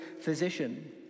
physician